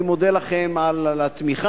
אני מודה לכם על התמיכה.